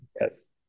Yes